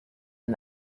and